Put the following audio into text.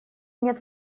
нет